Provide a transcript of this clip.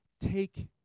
Take